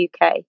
UK